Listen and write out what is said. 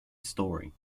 story